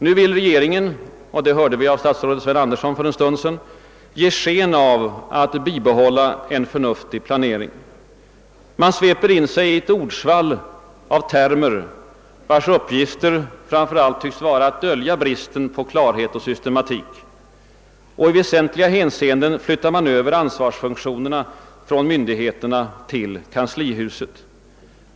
Nu vill regeringen — vilket vi hörde av statsrådet Sven Andersson för en stund sedan — ge sken av att bibehålla en förnuftig planering. Man sveper in sig i ett ordsvall av termer, vilkas uppgift framför allt tycks vara att dölja bristen på klarhet och systematik. Och i väsentliga hänseenden flyttar man över ansvarsfunktionerna från myndigheterna till kanslihuset.